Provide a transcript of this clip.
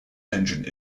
engine